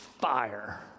fire